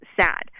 sad